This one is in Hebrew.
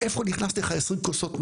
איפה נכנס לך 20 כוסות מים?